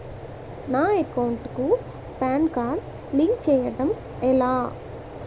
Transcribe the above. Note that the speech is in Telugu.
నా అకౌంట్ కు పాన్ కార్డ్ లింక్ చేయడం ఎలా?